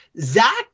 Zach